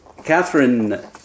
Catherine